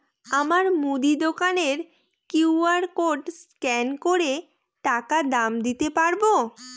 আমার মুদি দোকানের কিউ.আর কোড স্ক্যান করে টাকা দাম দিতে পারব?